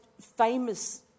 famous